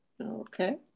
Okay